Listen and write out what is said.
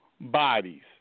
bodies